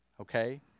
okay